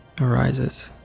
arises